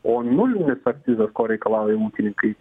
o nulinis akcizas ko reikalaujama ūkininkai